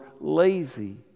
lazy